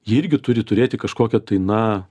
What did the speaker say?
jie irgi turi turėti kažkokią tai na